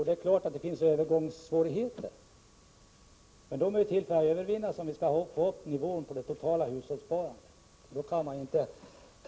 Det blir givetvis övergångssvårigheter, men de är till för att övervinnas om vi skall få upp nivån på det totala hushållssparandet.